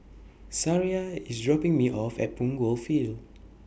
Sariah IS dropping Me off At Punggol Field